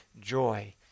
joy